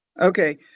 okay